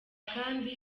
kandi